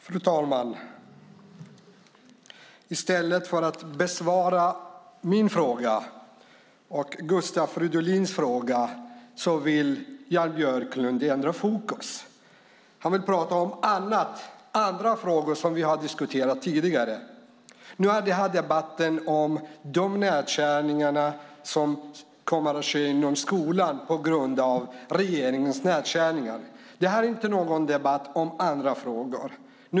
Fru talman! I stället för att besvara min och Gustav Fridolins fråga vill Jan Björklund ändra fokus och prata om andra frågor som vi har diskuterat tidigare. Nu är detta en debatt om de nedskärningar som kommer att ske inom skolan på grund av regeringens nedskärningar. Det är inte någon debatt om andra frågor.